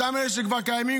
אותם אלה שכבר קיימים,